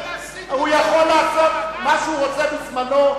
הוא לא יכול, הוא יכול לעשות מה שהוא רוצה בזמנו.